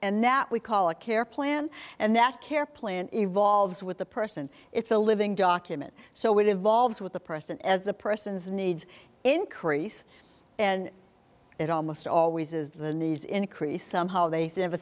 and that we call a care plan and that care plan evolves with the person it's a living document so we devolves with the person as a person's needs increase and it almost always is the needs increase somehow they